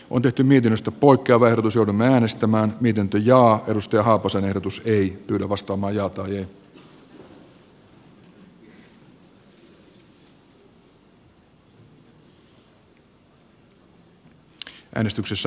odotin mietinnöstä poikkeava ehdotus joudun äänestämään miten työn ja rystyä hakosen ehdotus kannatan tehtyä esitystä